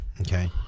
Okay